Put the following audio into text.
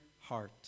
heart